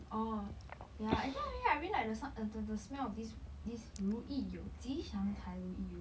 oh ya actually I really I really like the smell the smell of this this 如意油吉祥牌如意油